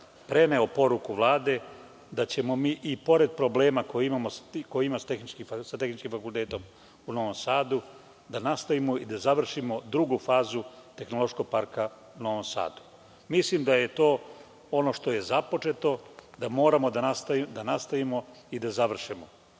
preneo poruku Vlade da ćemo mi, i pored problema koje imamo sa Tehničkim fakultetom u Novom Sadu, nastaviti i završiti drugu fazu Tehnološkog parka u Novom Sadu. Mislim da je to ono što je započeto i to moramo da nastavimo i da završimo.